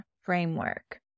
framework